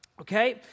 okay